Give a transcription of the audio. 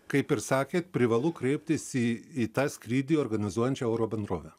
kaip ir sakėt privalu kreiptis į į tą skrydį organizuojančią oro bendrovę